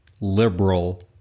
liberal